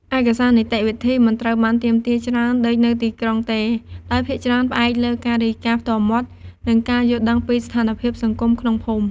ឯកសារនីតិវិធីមិនត្រូវបានទាមទារច្រើនដូចនៅទីក្រុងទេ ដោយភាគច្រើន ផ្អែកលើការរាយការណ៍ផ្ទាល់មាត់ និងការយល់ដឹងពីស្ថានភាពសង្គមក្នុងភូមិ។